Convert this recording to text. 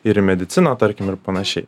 ir į mediciną tarkim ir panašiai